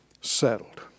settled